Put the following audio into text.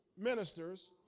ministers